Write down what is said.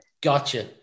Gotcha